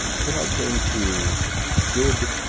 till i came to good,